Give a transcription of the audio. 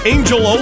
Angel